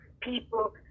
people